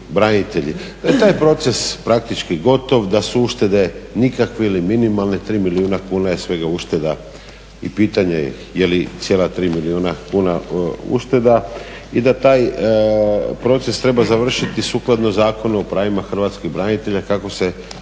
Da je taj proces praktički gotov, da su uštede nikakve ili minimalne, 3 milijuna kuna je svega ušteda. I pitanje je li cijela 3 milijuna kuna ušteda i da taj proces treba završiti sukladno Zakonu o pravima Hrvatskih branitelja kako se